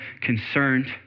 concerned